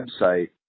website